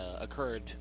occurred